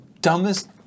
dumbest